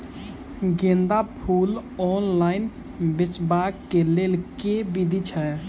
गेंदा फूल ऑनलाइन बेचबाक केँ लेल केँ विधि छैय?